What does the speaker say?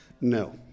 No